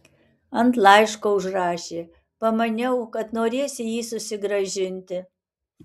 ant laiško užrašė pamaniau kad norėsi jį susigrąžinti